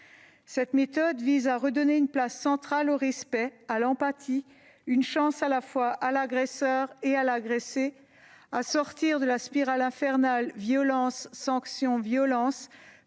Cette méthode vise à « redonner une place centrale au respect, à l'empathie, une chance à la fois à l'agresseur et à l'agressé », à « sortir de la spirale infernale " violences-sanctions-violences